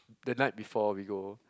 the night before we go